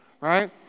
right